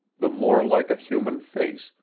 the more like a human face,